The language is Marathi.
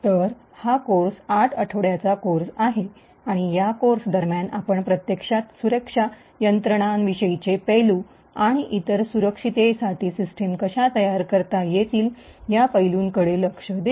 तर हा कोर्स आठ आठवड्यांचा कोर्स आहे आणि या कोर्स दरम्यान आपण प्रत्यक्षात सुरक्षा यंत्रणांविषयीचे पैलू आणि इतर सुरक्षिततेसाठी सिस्टम कशा तयार करता येतील या पैलूंकडे लक्ष देऊ